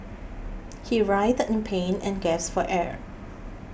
he writhed in pain and gasped for air